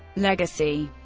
legacy